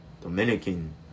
Dominican